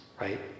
right